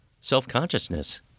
self-consciousness